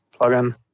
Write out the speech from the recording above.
plugin